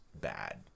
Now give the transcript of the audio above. bad